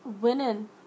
winning